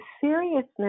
seriousness